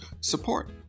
support